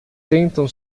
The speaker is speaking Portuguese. sentam